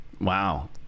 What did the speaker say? Wow